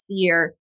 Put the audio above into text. fear